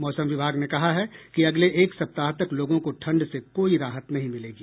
मौसम विभाग ने कहा है कि अगले एक सप्ताह तक लोगों को ठंड से कोई राहत नहीं मिलेगी